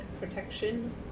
protection